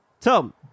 Tom